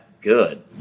good